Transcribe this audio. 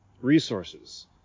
resources